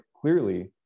clearly